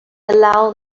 allow